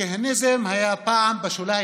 הכהניזם היה פעם בשוליים.